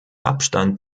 abstand